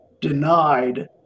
denied